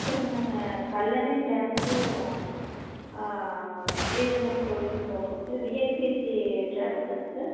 sir நாங்கள் கல்லணை டேம்க்கும் ஸ்ரீரங்கம் கோயிலும் போகணும் சார் விஎம்கேசி டிராவல்ஸ்தாங்க சார்